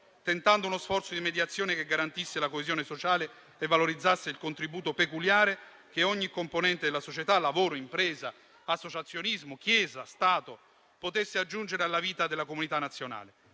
tentando uno sforzo di mediazione che garantisse la coesione sociale e valorizzasse il contributo peculiare che ogni componente della società (lavoro, impresa, associazionismo, Chiesa e Stato) potesse aggiungere alla vita della comunità nazionale.